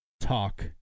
talk